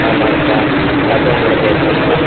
ஆமாங்கக்கா அதான் உங்களை கேட்குறேன்க்கா